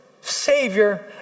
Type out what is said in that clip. Savior